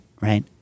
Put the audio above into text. right